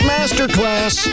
Masterclass